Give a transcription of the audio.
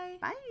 Bye